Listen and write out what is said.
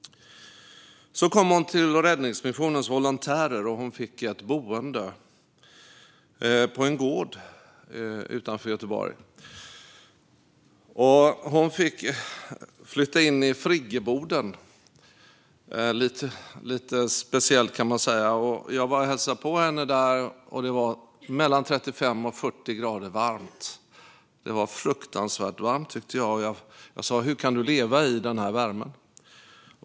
Så kom hon in till Räddningsmissionens volontärer, och hon fick ett boende på en gård utanför Göteborg. Hon fick flytta in i friggeboden. Det var lite speciellt, kan man säga. Jag hälsade på henne där, och det var mellan 35 och 40 grader varmt. Det var fruktansvärt varmt, tyckte jag, och sa: Hur kan du leva i den här värmen?